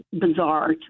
bizarre